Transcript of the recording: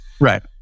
Right